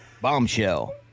Bombshell